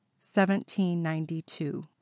1792